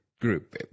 group